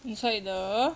inside the